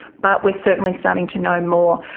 but we're certainly starting to know more.